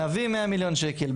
נביא 100 מיליון שקל.